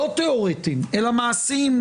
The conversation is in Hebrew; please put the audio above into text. לא תיאורטיים אלא מעשיים,